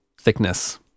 thickness